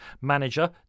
manager